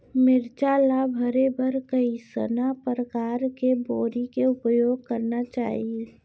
मिरचा ला भरे बर कइसना परकार के बोरी के उपयोग करना चाही?